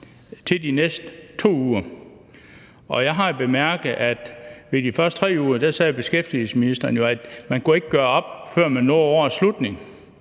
til de næste 2 uger, og jeg har bemærket, at i forbindelse med de første 3 uger sagde beskæftigelsesministeren jo, at man ikke kunne gøre det op, før man nåede årets slutning.